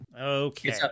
Okay